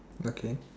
okay